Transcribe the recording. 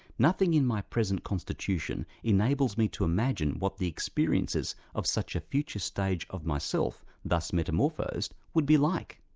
nothing in my present constitution enables me to imagine what the experiences of such a future stage of myself thus metamorphosed would be like.